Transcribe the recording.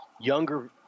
younger